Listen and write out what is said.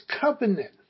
covenant